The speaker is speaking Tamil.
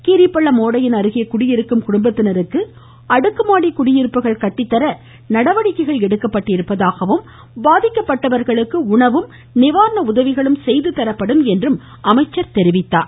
கீரிப்பள்ளம் ஒடையின் அருகே குடியிருக்கும் குடும்பத்தினருக்கு அடுக்குமாடி குடியிருப்புகள் கட்டித்தர நடவடிக்கைகள் எடுக்கப்பட்டுள்ளதாகவும் பாதிக்கப்பட்டவர்களுக்கு உணவும் நிவாரண உதவிகளும் செய்து தரப்படும் என்றும் அமைச்சர் கூறினார்